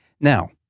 Now